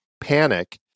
Panic